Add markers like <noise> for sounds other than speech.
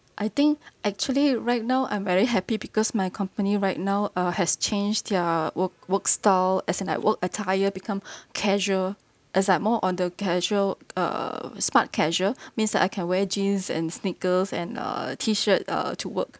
I think actually right now I'm very happy because my company right now uh has changed their work work style as in like work attire become <breath> casual it's like more on the casual uh smart casual <breath> means that I can wear jeans and sneakers and uh T shirt uh to work